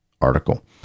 article